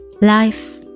Life